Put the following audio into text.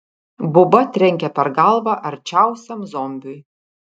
buba trenkė per galvą arčiausiam zombiui